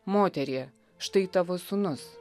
moterie štai tavo sūnus